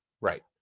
Right